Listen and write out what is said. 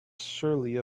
surely